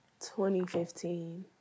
2015